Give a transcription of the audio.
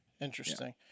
Interesting